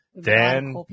Dan